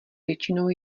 většinou